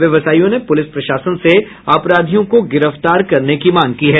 व्यवसायियों ने पुलिस प्रशासन से अपराधियों को गिरफ्तार करने की मांग की है